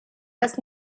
das